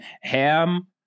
Ham